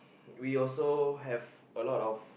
we also have a lot of